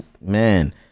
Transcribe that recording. man